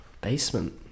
Basement